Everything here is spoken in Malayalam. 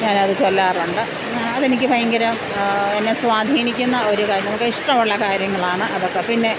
ഞാൻ അത് ചൊല്ലാറുണ്ട് അത് എനിക്ക് ഭയങ്കര എന്നെ സ്വാധീനിക്കിന്ന ഒരു നമക്ക് ഇഷ്ടമുള്ള കാര്യങ്ങളാണ് അതൊക്കെ പിന്നെ